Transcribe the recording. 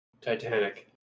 Titanic